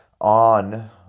on